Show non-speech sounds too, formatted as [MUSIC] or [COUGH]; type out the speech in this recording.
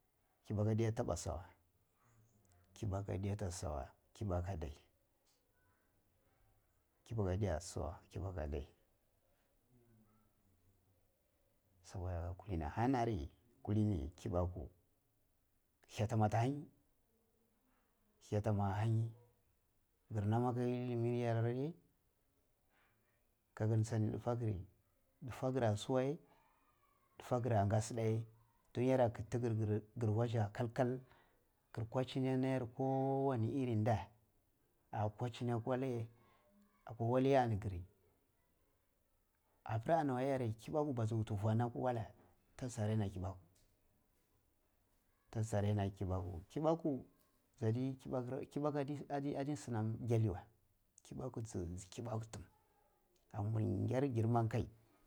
Kibaku ade taba sa we kibaku ade ta sa kibako adai, kibaku ade tis a use kibaku ada saboda haka kulini ah hanari kulini kibali hette ma atta hanyi, he ta meta hanyi gir n aka iri illimi yarn a ri ka jir tshani difa giri tun tufa gir ye dunya ye ah kitti tiggir kalkal kochini a la yar kowani iri nda ah kwajini akwo laye akwa wal ye ani giri apir anewayare kibaku baju wutu fwa nam akwo walle da ji ta raina kibaku ta tsu ta raina kibaku, kibaku ja di [UNINTELLIGIBLE] adi adi sinam gyali wey ki baku ji kibaku tum ka mur gyar girman ka.